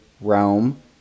realm